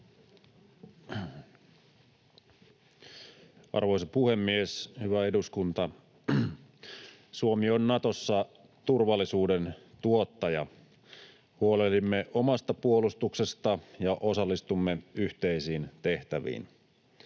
Arvoisa puhemies! Hyvä eduskunta! Suomi on Natossa turvallisuuden tuottaja. Huolehdimme omasta puolustuksesta ja osallistumme yhteisiin tehtäviin.